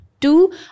two